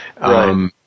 Right